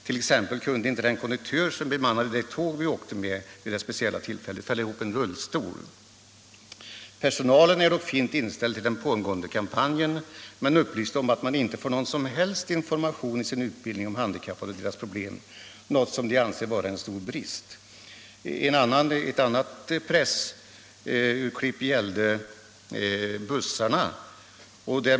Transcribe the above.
T. ex. kunde inte den konduktör som bemannade det tåg vi åkte med fälla ihop en rullstol. Personalen är dock fint inställd till den pågående kampanjen, men upplyste om att man inte får någon som helst information i sin utbildning om handikappade och deras problem, något som de anser vara en stor brist.” Ett annat pressurklipp gäller våra bussar.